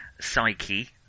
psyche